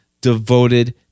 devoted